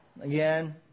again